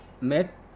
met